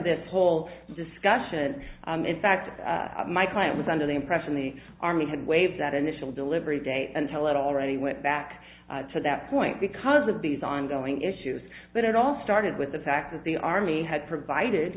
this whole discussion in fact my client was under the impression the army had waived that initial delivery date until it already went back to that point because of these ongoing issues but it all started with the fact that the army had provided